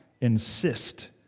insist